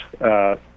Yes